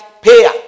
payer